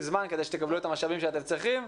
זמן כדי שתקבלו את המשאבים שאתם צריכים,